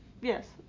Yes